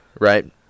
right